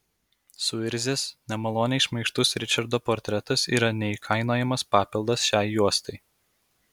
suirzęs nemaloniai šmaikštus ričardo portretas yra neįkainojamas papildas šiai juostai